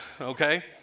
Okay